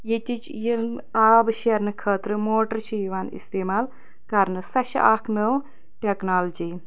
ییٚتِچ یِم آب شیرنہٕ خٲطرٕ موٹر چھُ یِوان اِستعمال کَرنہٕ سۄ چھےٚ اکھ نٔوو ٹٮ۪کنالجی